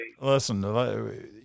listen